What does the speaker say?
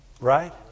Right